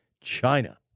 China